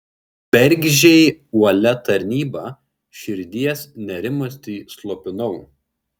bergždžiai uolia tarnyba širdies nerimastį slopinau